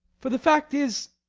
for the fact is,